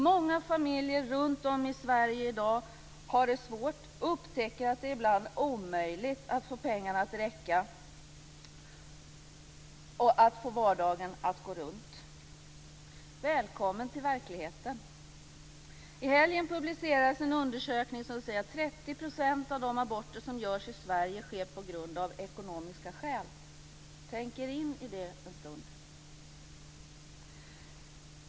Många familjer runtom i Sverige i dag har det svårt och upptäcker att det ibland är omöjligt att få pengarna att räcka och att få vardagen att gå runt. Välkommen till verkligheten! I helgen publicerades en undersökning som säger att 30 % av de aborter som görs i Sverige sker av ekonomiska skäl. Tänk er in i det en stund!